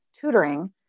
tutoring